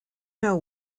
know